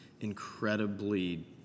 incredibly